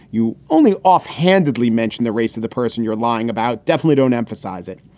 you only offhandedly mentioned the race of the person you're lying about. definitely don't emphasize it.